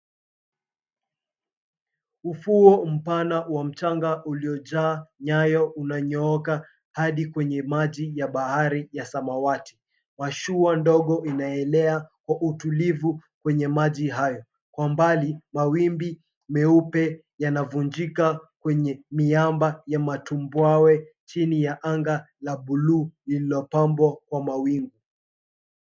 Ufuo mpana wa mchanga uliojaa nyayo unanyooka hadi kwenye maji ya bahari ya samawati. Mashua ndogo inaelea kwa utulivu kwenye maji hayo. Kwa mbali mawimbi meupe yanavunjika kwenye miamba ya matumbwawe chini ya anga la buluu lililo pambo kwa mawingu.